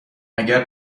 اگر